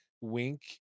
Wink